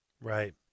Right